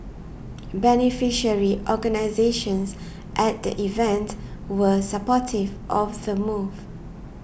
beneficiary organisations at the event were supportive of the move